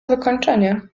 wykończenie